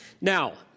now